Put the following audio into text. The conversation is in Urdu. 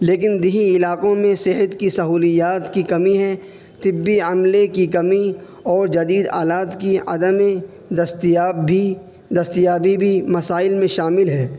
لیکن دیہی علاقوں میں صحت کی سہولیات کی کمی ہے طبی عملے کی کمی اور جدید آلات کی عدم دستیاب بھی دستیابی بھی مسائل میں شامل ہے